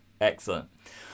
excellent